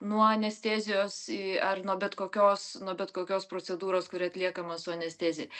nuo anestezijos i ar nuo bet kokios nuo bet kokios procedūros kuri atliekama su anestezija